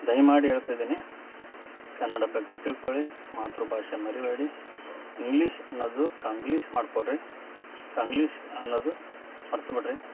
ದಯಮಾಡಿ ಹೇಳ್ತಾ ಇದೀನಿ ಕನ್ನಡ ಬಗ್ಗೆ ತಿಳ್ಕೊಳ್ಳಿ ಮಾತೃಭಾಷೆ ಮರಿಬೇಡಿ ಇಂಗ್ಲೀಷ್ ಅನ್ನೋದು ಕಂಗ್ಲೀಷ್ ಮಾಡಿಕೊಡ್ರಿ ಕಂಗ್ಲೀಷ್ ಅನ್ನೋದು ಮರ್ತು ಬಿಡಿರಿ